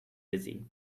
dizzy